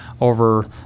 over